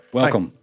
welcome